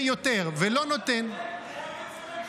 יותר ולא נותן --- בזה אתה צודק,